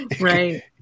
Right